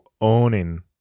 owning